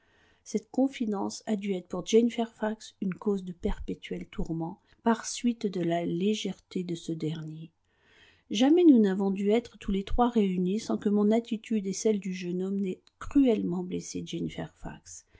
cette confidence a dû être pour jane fairfax une cause de perpétuel tourment par suite de la légèreté de ce dernier jamais nous n'avons dû être tous les trois réunis sans que mon attitude et celle du jeune homme n'aient cruellement blessé jane